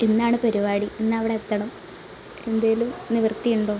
ഇന്നാണ് പരിപാടി ഇന്ന് അവിടെ എത്തണം എന്തേലും നിവർത്തിയുണ്ടൊ